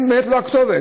הם באמת לא הכתובת,